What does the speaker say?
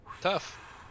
tough